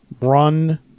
run